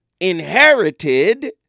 Inherited